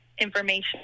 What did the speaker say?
information